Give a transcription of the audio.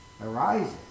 arises